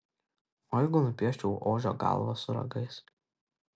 o jeigu nupieščiau ožio galvą su ragais